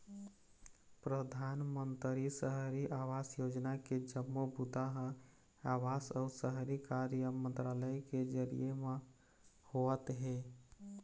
परधानमंतरी सहरी आवास योजना के जम्मो बूता ह आवास अउ शहरी कार्य मंतरालय के जरिए म होवत हे